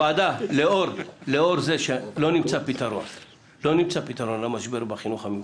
לנוכח זה שלא נמצא פתרון למשבר בחינוך המיוחד,